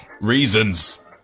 reasons